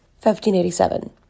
1587